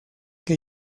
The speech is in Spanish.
que